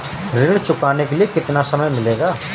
ऋण चुकाने के लिए कितना समय मिलेगा?